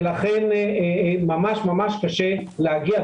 לכן ממש קשה להגיע.